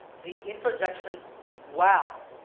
the interjection wow!